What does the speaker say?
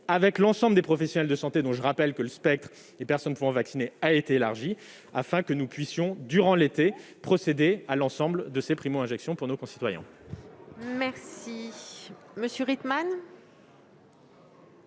avec l'ensemble des professionnels de santé- je rappelle que le spectre les personnes pouvant vacciner a été élargi -, afin que nous puissions, durant l'été, procéder à l'ensemble de ces primo-injections pour nos concitoyens. La parole est à